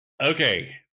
Okay